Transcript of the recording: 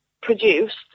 produced